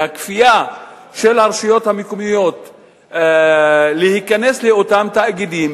והכפייה של הרשויות המקומיות להיכנס לאותם תאגידים,